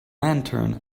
lantern